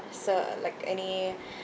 so like any